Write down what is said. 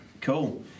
Cool